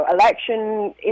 election